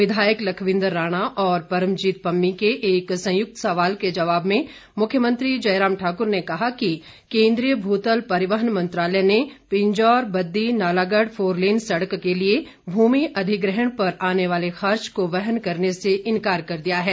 विधायक लखविंद्र राणा और परमजीत पम्मी के एक संयुक्त सवाल के जवाब में मुख्यमंत्री जयराम ठाकुर ने कहा कि केंद्रीय भूतल परिवहन मंत्रालय ने पिंजौर बद्दी नालागढ़ फोर लेन सड़क के लिए भूमि अधिग्रहण पर आने वाले खर्च को वहन करने से इनकार कर दिया है